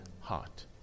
heart